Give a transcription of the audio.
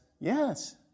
Yes